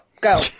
Go